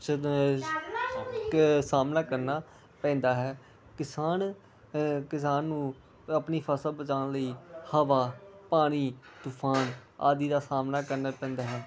ਕ ਸਾਹਮਣਾ ਕਰਨਾ ਪੈਂਦਾ ਹੈ ਕਿਸਾਨ ਕਿਸਾਨ ਨੂੰ ਆਪਣੀ ਫਸਲ ਬਚਾਉਣ ਲਈ ਹਵਾ ਪਾਣੀ ਤੂਫਾਨ ਆਦਿ ਦਾ ਸਾਹਮਣਾ ਕਰਨਾ ਪੈਂਦਾ ਹੈ